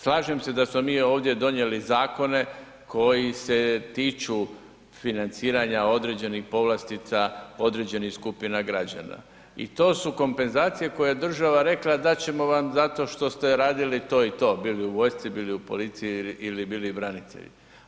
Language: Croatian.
Slažem se da smo mi ovdje donijeli zakone koji se tiču financiranja određenih povlastica, određenih skupina građana i to su kompenzacije koje je država rekla dat ćemo vam zato što ste radili to i to, bili u vojsci, bili u policiji ili bili branitelji.